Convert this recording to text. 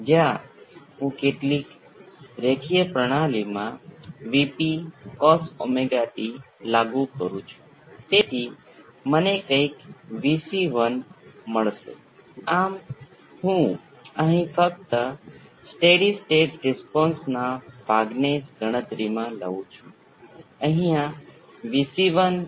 તેથી આ current i L એ V s V c R C d V c by d t છે અને આપણે ઇન્ડક્ટરની આરપારનો વોલ્ટેજ જાણીએ છીએ કે જે આ કિસ્સામાં કેપેસિટર પરના વોલ્ટેજ જેટલો જ છે